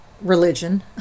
religion